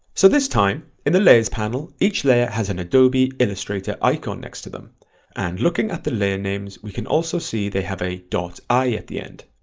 so this time in the layers panel each layer has an adobe illustrator icon next to them and looking at the layer names we can also see they have a ai at the end,